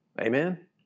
Amen